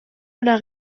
ona